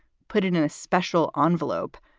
put in a special ah envelope,